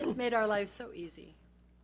made our lives so easy.